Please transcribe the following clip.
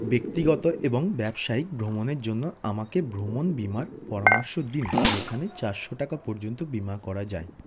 ব্যক্তিগত এবং ব্যবসায়িক ভ্রমণের জন্য আমাকে ভ্রমণ বীমার পরামর্শ দিন যেখানে চারশো টাকা পর্যন্ত বীমা করা যায়